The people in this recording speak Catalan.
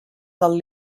del